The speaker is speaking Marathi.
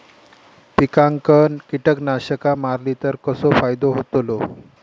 पिकांक कीटकनाशका मारली तर कसो फायदो होतलो?